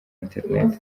internet